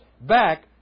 back